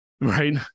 right